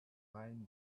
mind